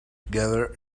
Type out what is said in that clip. together